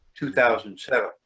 2007